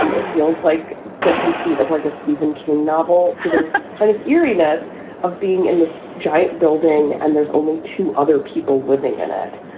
um it feels like the conceit of like a stephen king novel kind of eeriness of being in this giant building. and there's only two other people living in it.